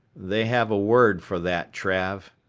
they have a word for that, trav,